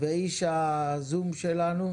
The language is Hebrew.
ואיש הזום שלנו?